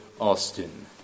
Austin